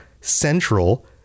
central